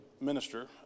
minister